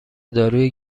داروی